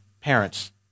parents